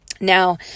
Now